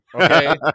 Okay